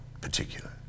particular